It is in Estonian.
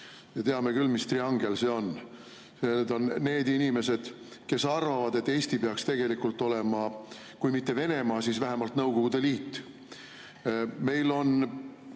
Me teame küll, mis triangel see on. Need on need inimesed, kes arvavad, et Eesti peaks tegelikult olema kui mitte Venemaa, siis vähemalt Nõukogude Liit. Meil on